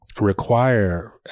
require